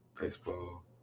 baseball